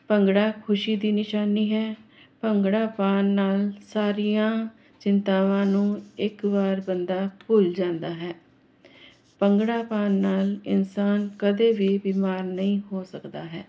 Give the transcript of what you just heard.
ਭੰਗੜਾ ਖੁਸ਼ੀ ਦੀ ਨਿਸ਼ਾਨੀ ਹੈ ਭੰਗੜਾ ਪਾਉਣ ਨਾਲ ਸਾਰੀਆਂ ਚਿੰਤਾਵਾਂ ਨੂੰ ਇੱਕ ਵਾਰ ਬੰਦਾ ਭੁੱਲ ਜਾਂਦਾ ਹੈ ਭੰਗੜਾ ਪਾਉਣ ਨਾਲ ਇਨਸਾਨ ਕਦੇ ਵੀ ਬਿਮਾਰ ਨਹੀਂ ਹੋ ਸਕਦਾ ਹੈ